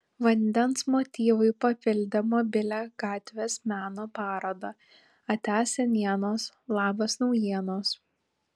vandens motyvai papildė mobilią gatvės meno parodą atia senienos labas naujienos